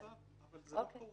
אבל אין מצב, זה לא קורה.